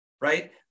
right